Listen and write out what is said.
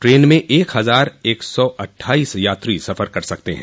train म एक हजार एक सौ अट्ठाइस यात्री सफर कर सकते हैं